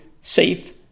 safe